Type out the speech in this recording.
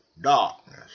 darkness